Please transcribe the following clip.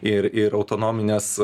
ir ir autonominės